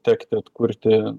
tekti atkurti